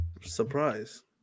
Surprise